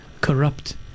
corrupt